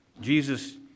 Jesus